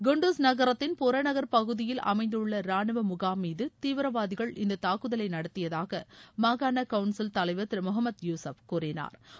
குண்டுஸ் நகரத்தின் புறநகர் பகுதியில் அமைந்துள்ள ராணுவமுகாம் மீது தீவிரவாதிகள் இந்த தாக்குதலை நடத்தியதாக மாகாண கவுன்சில் தலைவா் திரு முகமது யூசுஃப் கூறினாா்